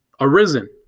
Arisen